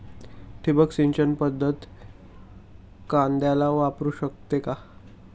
ठिबक सिंचन पद्धत कांद्याला वापरू शकते का?